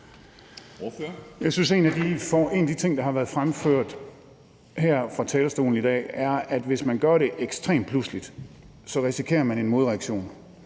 Gejl (ALT): En af de ting, der har været fremført her fra talerstolen i dag, er, at hvis man gør det ekstremt pludseligt, så risikerer man en modreaktion.